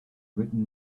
written